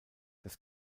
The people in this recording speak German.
das